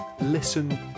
Listen